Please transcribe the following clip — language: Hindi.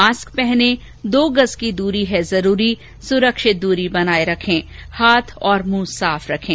मास्क पहनें दो गज की दूरी है जरूरी सुरक्षित दूरी बनाए रखें हाथ और मुंह साफ रखें